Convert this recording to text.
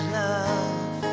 love